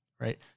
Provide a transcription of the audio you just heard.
right